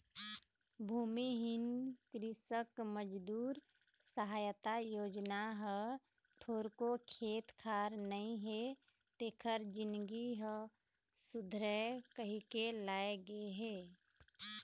भूमिहीन कृसक मजदूर सहायता योजना ह थोरको खेत खार नइ हे तेखर जिनगी ह सुधरय कहिके लाए गे हे